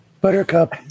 Buttercup